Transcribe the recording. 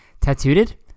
tattooed